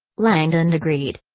langdon agreed.